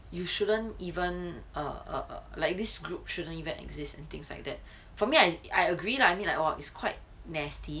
you shouldn't even err err like this group shouldn't even exist and things like that for me I I agree lah I mean like all is quite nasty